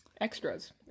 extras